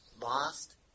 Lost